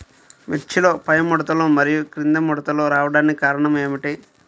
మిర్చిలో పైముడతలు మరియు క్రింది ముడతలు రావడానికి కారణం ఏమిటి?